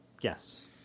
Yes